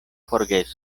forgesu